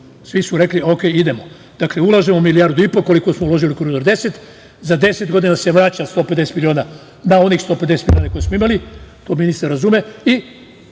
svi su rekli - dobro, idemo, ulažemo milijardu i po, koliko smo uložili u Koridor 10, za 10 godina se vraća 150 miliona na onih 150 miliona koje smo imali, to ministar razume